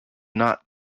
not